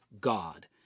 God